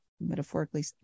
metaphorically